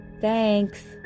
Thanks